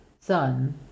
son